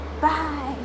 Bye